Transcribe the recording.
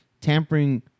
Tampering